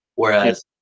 Whereas